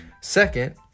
Second